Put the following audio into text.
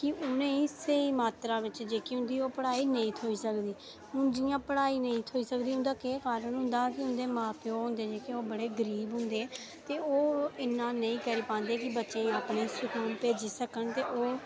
कि' उ'नेंगी स्हेई मात्रा बिच जेह्की उं'दी पढ़ाई नेईं थ्होई सकदी हून जि'यां पढ़ाई नेईं थ्होई सकदी उं'दा केह् कारण होंदी कि उं'दे जेह्ड़े मां प्योऽ होंदे ओह् बड़े गरीब होंदे ते ओह् इन्ना नेईं करी पांदे की बच्चें गी अपने स्कूल भेजी सकन ते